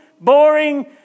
boring